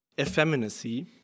effeminacy